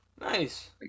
nice